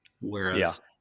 whereas